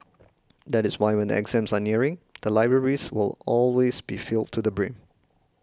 that is why when the exams are nearing the libraries will always be filled to the brim